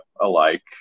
alike